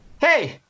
Hey